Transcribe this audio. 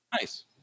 Nice